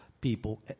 people